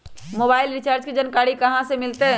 Mobile recharge के जानकारी कहा से मिलतै?